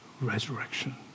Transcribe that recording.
resurrection